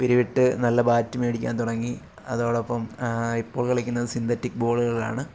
പിരിവിട്ട് നല്ല ബാറ്റ് മേടിക്കാൻ തുടങ്ങി അതോടൊപ്പം ഇപ്പോൾ കളിക്കുന്നത് സിന്തറ്റിക് ബോളുകളാണ്